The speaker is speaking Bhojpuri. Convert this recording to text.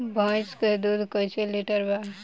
भैंस के दूध कईसे लीटर बा?